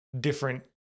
different